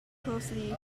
closely